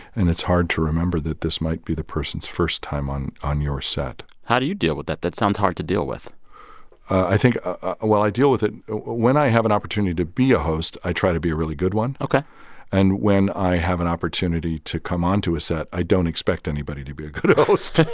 and it's hard to remember that this might be the person's first time on on your set how do you deal with that? that sounds hard to deal with i think well, i deal with it when i have an opportunity to be a host, i try to be a really good one ok and when i have an opportunity to come on to a set, i don't expect anybody to be a good host